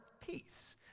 peace